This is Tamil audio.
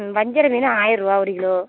ம் வஞ்சரம் மீன் ஆயரரூவா ஒரு கிலோ